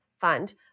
fund